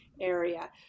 area